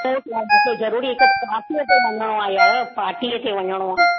ज़रूरी हिकु पार्टीअ ते वञिणो आहे यारु पार्टीअ ते वञिणो आहे